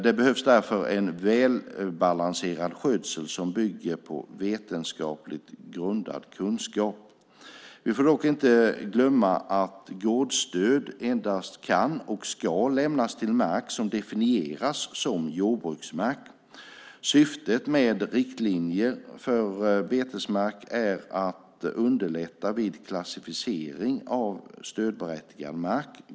Det behövs därför en välbalanserad skötsel som bygger på vetenskapligt grundad kunskap. Vi får dock inte glömma att gårdsstöd endast kan och ska lämnas till mark som definieras som jordbruksmark. Syftet med riktlinjer för betesmarker är att underlätta vid klassificering av stödberättigande mark.